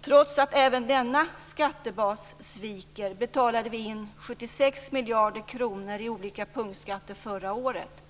Trots att även denna skattebas sviker betalade vi in 76 miljarder kronor i olika punktskatter förra året.